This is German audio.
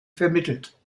vermittelt